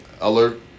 Alert